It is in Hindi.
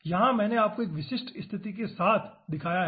यहां मैंने आपको विशिष्ट स्थिति के साथ दिखाया है